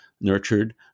nurtured